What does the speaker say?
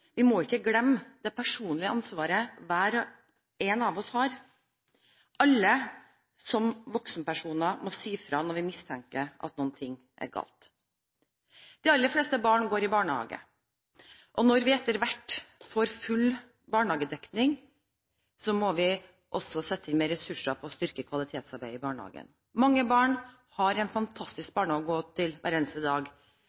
Vi må ikke glemme det personlige ansvaret hver og én av oss har. Alle, som voksenpersoner, må si fra når vi mistenker at noen ting er galt. De aller fleste barn går i barnehage, og når vi etter hvert får full barnehagedekning, må vi også sette mer ressurser inn på å styrke kvalitetsarbeidet i barnehagen. Mange barn har en fantastisk